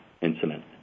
incident